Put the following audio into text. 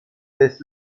类似